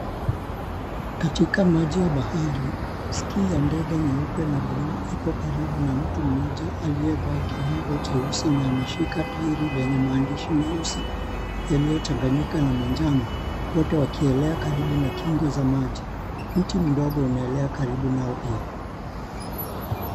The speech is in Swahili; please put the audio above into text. Katika maji ya bahari, {cs} skini{cs} ya ndege nyeupe na bluu ipo karibu na mtu mmoja aliyevaa kinyago cheusi na ameshika tairi lenye maandishi leusi yaliyochanganyika na manjano. Wote wakielea karibu na kingo za maji, mti mdogo unaelea karibu nao pia